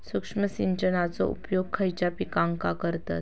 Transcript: सूक्ष्म सिंचनाचो उपयोग खयच्या पिकांका करतत?